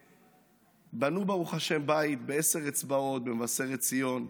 ובנו, ברוך השם, בית בעשר אצבעות במבשרת ציון.